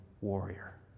warrior